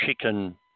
chicken